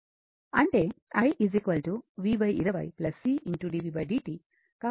అంటే i v 20 c dv dt